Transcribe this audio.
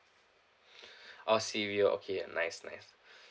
oh sea view okay nice nice